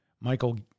Michael